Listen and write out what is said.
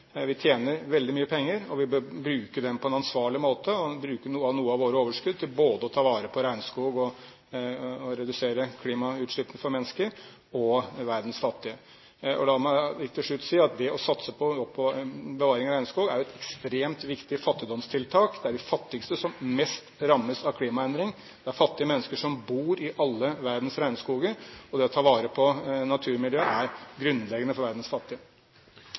Vi tjener veldig mye penger, og vi bør bruke dem på en ansvarlig måte, bruke noe av vårt overskudd til både å ta vare på regnskog og redusere klimautslippene for mennesker og verdens fattige. La meg helt til slutt si at det å satse på en bevaring av regnskog er et ekstremt viktig fattigdomstiltak. Det er de fattigste som mest rammes av klimaendringer. Det er fattige mennesker som bor i alle verdens regnskoger, og det å ta vare på naturmiljøet er grunnleggende for verdens fattige.